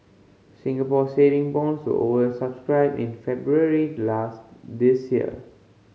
Singapore Saving Bonds were over subscribed in February last this year